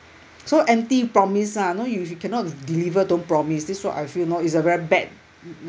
so empty promise lah know you cannot deliver don't promise this [one] I feel it's a very bad